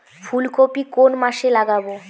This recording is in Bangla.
ফুলকপি কোন মাসে লাগাবো?